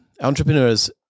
Entrepreneurs